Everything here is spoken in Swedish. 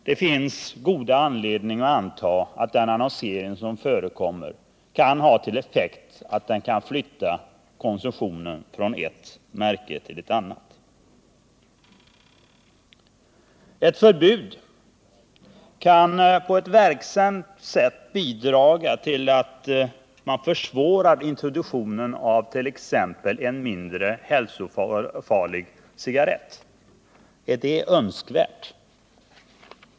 Det finns goda anledningar att anta att den annonsering som förekommer kan ha till effekt att den flyttar konsumtionen från ett märke till ett annat. Förbud kan på ett verksamt sätt bidra till att man försvårar introduktionen av t.ex. en mindre hälsofarlig cigarett. Är det önskvärt?